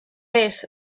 est